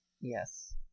Yes